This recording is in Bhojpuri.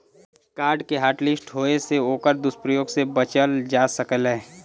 कार्ड के हॉटलिस्ट होये से ओकर दुरूप्रयोग से बचल जा सकलै